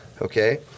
Okay